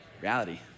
reality